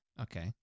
okay